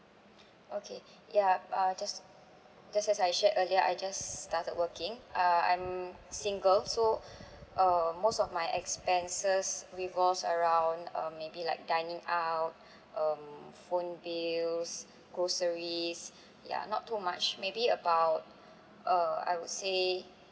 okay yup uh just just as I shared earlier I just started working uh I'm single so um most of my expenses revolves around um maybe like dining out um phone bills groceries ya not too much maybe about uh I would say